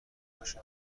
باشه